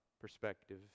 perspective